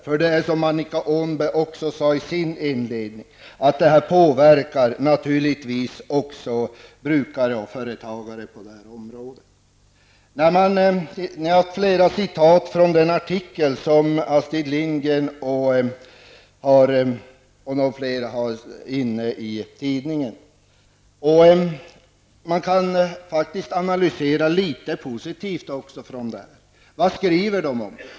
För, som Annika Åhnberg också sade i sitt inledningsanförande, denna påverkar naturligtvis brukare och företagare på detta område. Det har förekommit flera citat ur en artikel som Astrid Lindgren tillsammans med några andra fått införd i tidningen. Man kan faktiskt utifrån denna artikel också göra några positiva analyser. Vad skriver de om?